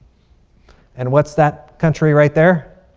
and what's that country right there?